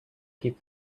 keep